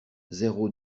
zéro